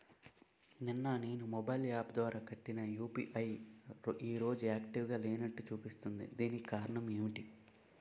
నిన్న నేను mobile app ద్వారా కట్టిన యు.పి.ఐ ఈ రోజు యాక్టివ్ గా లేనట్టు చూపిస్తుంది దీనికి కారణం ఏమిటి?